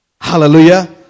Hallelujah